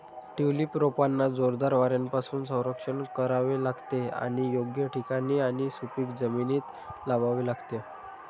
tulip रोपांना जोरदार वाऱ्यापासून संरक्षण करावे लागते आणि योग्य ठिकाणी आणि सुपीक जमिनीत लावावे लागते